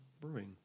brewing